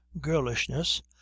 girlishness